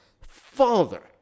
father